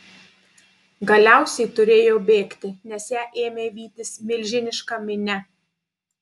galiausiai turėjo bėgti nes ją ėmė vytis milžiniška minia